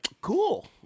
cool